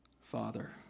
Father